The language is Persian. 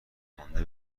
مانده